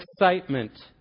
excitement